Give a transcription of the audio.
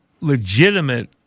legitimate